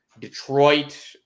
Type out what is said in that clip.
Detroit